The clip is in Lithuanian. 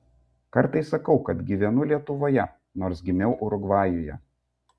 kartais sakau kad gyvenu lietuvoje nors gimiau urugvajuje